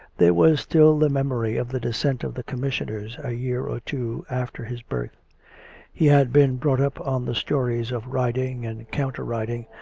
there was still the memory of the descent of the commissioners a year or two after his birth he had been brought up on the stories of riding and counter-riding,